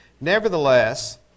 Nevertheless